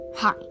Hi